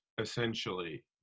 essentially